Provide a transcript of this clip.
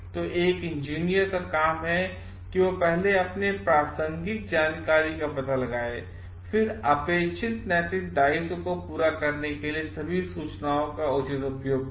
तो यह एक इंजीनियर का काम है कि वह पहले प्रासंगिक जानकारी का पता लगाए और फिर अपेक्षित नैतिक दायित्व को पूरा करने के लिए सभी सूचनाओं का उचित उपयोग करे